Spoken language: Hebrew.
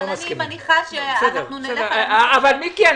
אבל אני מניחה שאנחנו נלך --- מיקי,